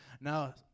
Now